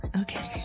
okay